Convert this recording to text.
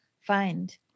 find